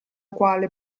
quale